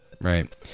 Right